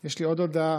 יש לי עוד הודעה,